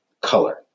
color